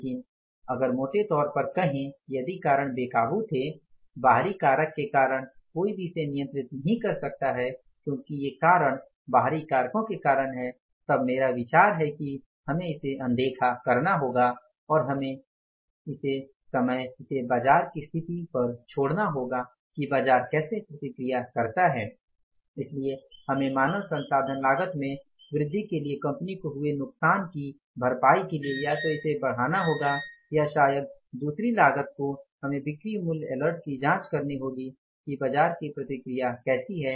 लेकिन अगर मोटे तौर पर कहें कि यदि कारण बेकाबू थे बाहरी कारक के कारण कोई भी इसे नियंत्रित नहीं कर सकता है क्योंकि ये कारण बाहरी कारकों के कारण है तब मेरा विचार है कि हमें इसे अनदेखा करना होगा और हमें इस समय इसे बाजार की स्थिति पर छोड़ना होगा कि बाजार कैसे प्रतिक्रिया करता है इसलिए हमें मानव संसाधन लागत में वृद्धि के लिए कंपनी को हुए नुकसान की भरपाई के लिए या तो इसे बढ़ाना होगा या शायद दूसरी लागत को हमें बिक्री मूल्य अलर्ट की जांच करनी होगी कि बाजार की प्रतिक्रिया कैसी है